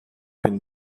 been